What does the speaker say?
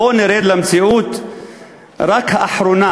בואו ונרד למציאות שהיינו עדים לה רק באחרונה.